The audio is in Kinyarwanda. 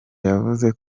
yavuze